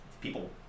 People